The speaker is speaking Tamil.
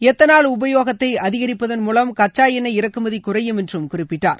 எத்தனால் உபயோகத்தை அதிகரிப்பதன் மூலம் கச்சா எண்ணெய் இறக்குமதி குறையும் என்று குறிப்பிட்டார்